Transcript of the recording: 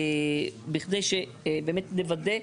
בכדי שבאמת נוודא,